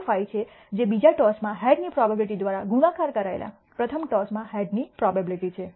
25 છે જે બીજા ટોસ માં હેડની પ્રોબેબીલીટી દ્વારા ગુણાકાર કરાયેલા પ્રથમ ટોસ માં હેડની પ્રોબેબીલીટી છે